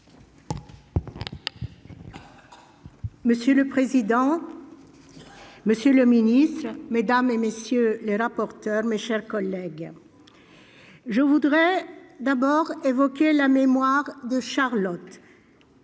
Monsieur le président, monsieur le garde des sceaux, mesdames, messieurs les rapporteurs, mes chers collègues, je voudrais tout d'abord évoquer la mémoire de Charlotte,